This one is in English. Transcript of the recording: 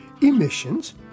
emissions